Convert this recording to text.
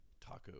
taco